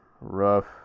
Rough